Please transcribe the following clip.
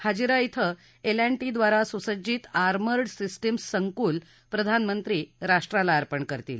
हाजिरा इथं L and T द्वारा सुसज्जित आर्मर्ड सिस्टिम्स संकुल प्रधानमंत्री राष्ट्राला अर्पण करतील